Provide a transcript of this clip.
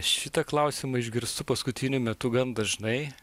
aš šitą klausimą išgirstu paskutiniu metu gan dažnai a